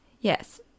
Yes